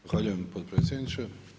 Zahvaljujem potpredsjedniče.